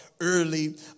early